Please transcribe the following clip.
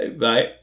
Bye